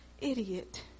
idiot